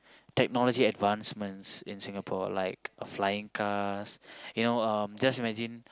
technology advancements in Singapore like flying cars you know um just imagine